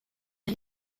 est